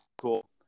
Cool